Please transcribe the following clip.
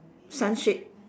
sun shade